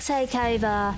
Takeover